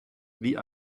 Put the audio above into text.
wie